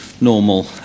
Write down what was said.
normal